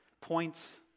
points